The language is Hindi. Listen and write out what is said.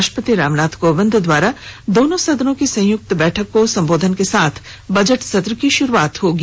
राष्ट्रपति रामनाथ कोविंद द्वारा दोनों सदनों कीसंयुक्त बैठक को सम्बोधन के साथ बजट सत्र की शुरूआत होगी